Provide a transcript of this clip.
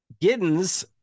Giddens